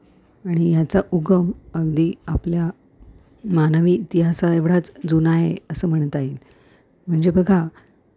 आणि ह्याचा उगम अगदी आपल्या मानवी इतिहासाएवढाच जुना आहे असं म्हणता येईल म्हणजे बघा